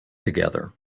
together